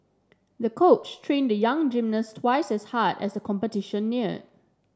the coach trained the young gymnast twice as hard as the competition neared